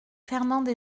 fernande